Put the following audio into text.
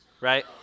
right